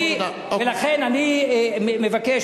ולכן אני מבקש,